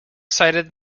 sighted